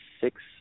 six